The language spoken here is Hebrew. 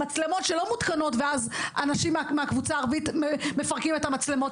לא מצלמות שמותקנות ואז חברים בחברה הערבית מפרקים אותן,